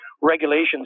regulations